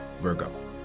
Virgo